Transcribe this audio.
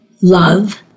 Love